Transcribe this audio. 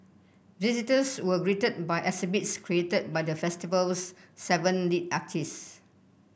visitors were greeted by exhibits created by the festival's seven lead artists